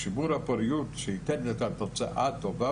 שימור פוריות שייתן את התוצאה הטובה